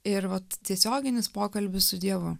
ir vat tiesioginis pokalbis su dievu